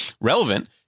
relevant